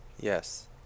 Yes